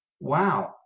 wow